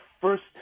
first